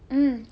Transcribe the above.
mm